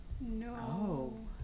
No